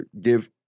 give